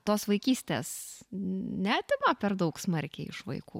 tos vaikystės neatima per daug smarkiai iš vaikų